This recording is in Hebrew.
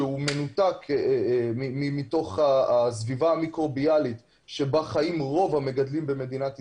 שהוא מנותק מהסביבה המיקרוביאלית שבה חיים רוב המגדלים במדינת ישראל,